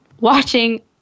watching